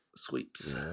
sweeps